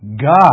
God